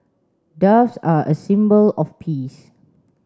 doves are a symbol of peace